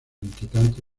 inquietante